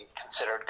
considered